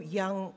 young